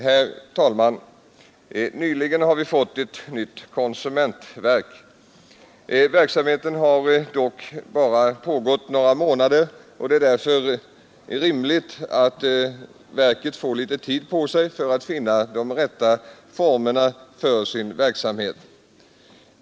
Herr talman! Nyligen har vi fått ett nytt konsumentverk. Verksamheten har dock bara pågått några månader, och det är därför rimligt att verket får litet tid på sig för att finna de rätta formerna för sin verksamhet.